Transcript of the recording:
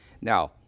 Now